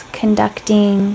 conducting